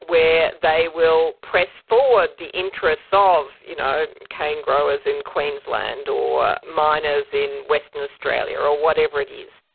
where they will press forward the interests ah of you know cane growers in queensland or miners in western australia or whatever it is.